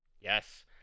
Yes